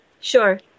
sure